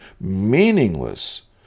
meaningless